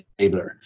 enabler